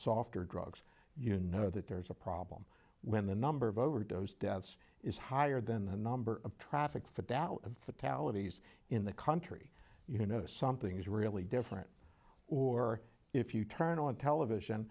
softer drugs you know that there's a problem when the number of overdose deaths is higher than the number of traffic for that fatalities in the country you know something is really different or if you turn on television